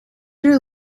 your